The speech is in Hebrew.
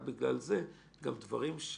ה של מה שהייתה הכוונה באיסור תביא לזה